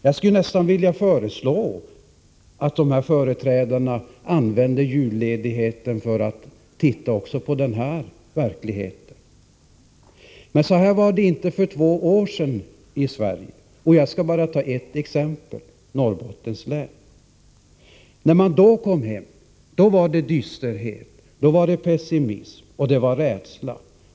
Jag skulle nästan vilja föreslå att oppositionens företrädare använder julledigheten till att studera denna verklighet. Men så här var det inte för två år sedan i Sverige. Jag skall bara ta ett exempel: Norrbottens län. När man då kom hem, möttes man av dysterhet, pessimism och rädsla.